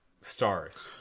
stars